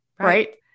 right